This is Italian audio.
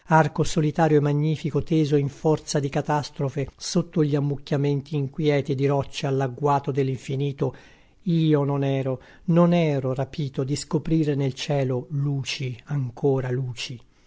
arco solitario e magnifico teso in forza di catastrofe sotto gli ammucchiamenti inquieti di rocce all'agguato dell'infinito io non ero non ero rapito di scoprire nel cielo luci ancora luci